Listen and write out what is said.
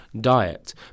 diet